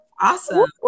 Awesome